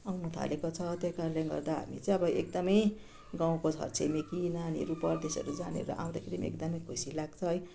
आउन थालेको छ त्यही कारणले गर्दा हामी चाहिँ अब एकदमै गाउँको छरछिमेकी नानीहरू परदेशहरू जानेहरू आउँदाखेरि पनि एकदमै खुसी लाग्छ है